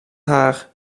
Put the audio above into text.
haar